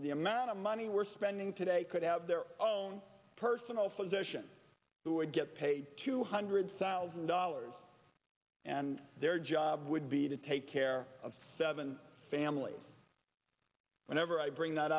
for the amount of money we're spending today could have their own personal physician who would get paid two hundred thousand dollars and their job would be to take care of seven families whenever i bring that